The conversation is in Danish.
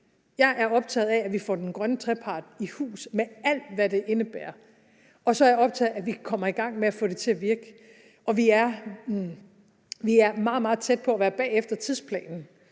Jeg er optaget af, at vi får den grønne trepart i hus med alt, hvad det indebærer. Og så er jeg optaget af, at vi kommer i gang med at få det til at virke. Og vi er meget, meget tæt på at være bagefter tidsplanen,